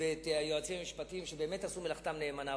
ואת היועצים המשפטיים, שבאמת עשו מלאכתם נאמנה.